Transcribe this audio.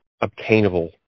obtainable